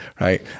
right